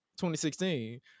2016